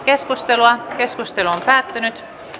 keskustelua ei syntynyt